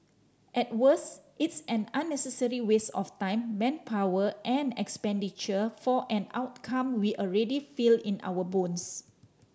at worst it's an unnecessary waste of time manpower and expenditure for an outcome we already feel in our bones